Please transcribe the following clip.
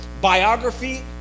Biography